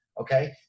okay